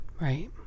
Right